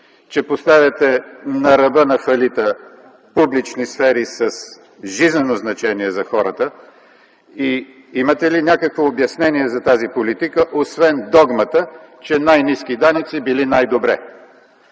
Че поставяте на ръба на фалита публични сфери с жизнено значение за хората? И имате ли някакво обяснение за тази политика, освен догмата, че най-ниски данъци били най-добре?